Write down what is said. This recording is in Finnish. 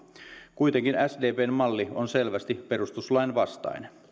kuitenkin sdpn malli on selvästi perustuslain vastainen